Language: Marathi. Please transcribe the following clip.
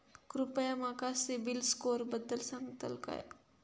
कृपया माका सिबिल स्कोअरबद्दल सांगताल का?